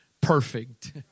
perfect